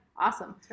Awesome